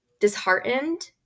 disheartened